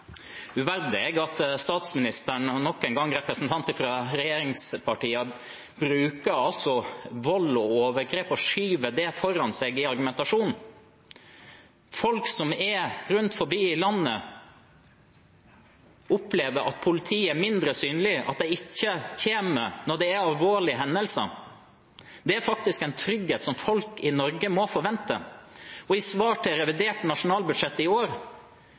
at statsministeren, nok en representant fra et regjeringsparti, skyver vold og overgrep foran seg i argumentasjonen. Folk som bor rundt omkring i landet, opplever at politiet er mindre synlig, og at de ikke kommer når det skjer alvorlige hendelser. Det er faktisk en trygghet som folk i Norge må kunne forvente å ha. I svar i forbindelse med revidert nasjonalbudsjett for i år